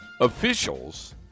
officials